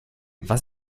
was